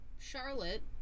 Charlotte